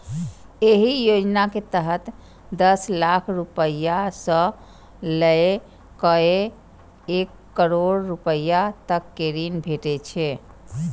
एहि योजना के तहत दस लाख रुपैया सं लए कए एक करोड़ रुपैया तक के ऋण भेटै छै